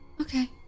Okay